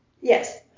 Yes